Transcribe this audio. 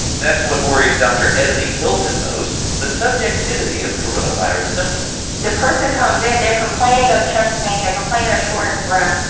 that's what worries dr. ebony hilton most the subjectivity of coronavirus symptoms the person comes in. they're complaining of chest pain. they're complaining of shortness of breath.